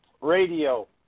Radio